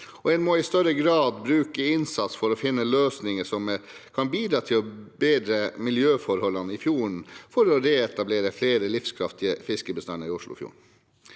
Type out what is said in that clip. en må i større grad bruke innsats for å finne løsninger som kan bidra til å bedre miljøforholdene i fjorden, for å reetablere flere livskraftige fiskebestander i Oslofjorden.